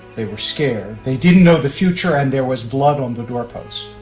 they were scared, they didn't know the future and there was blood on the doorposts.